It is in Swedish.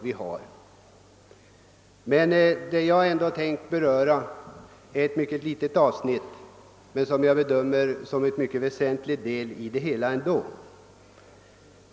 Vad jag närmare ämnar beröra är ett mycket litet avsnitt av detta område, men det kan ändå anses vara en mycket väsentlig del i det hela.